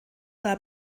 war